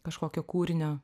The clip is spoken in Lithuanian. kažkokio kūrinio